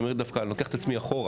אני לוקח את עצמי אחורה.